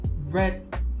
red